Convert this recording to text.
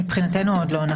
מבחינתנו עוד לא.